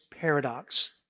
paradox